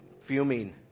fuming